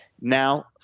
now